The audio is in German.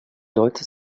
leute